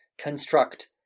construct